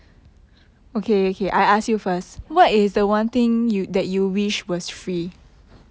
okay yeah what